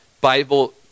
Bible